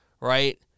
right